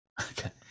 Okay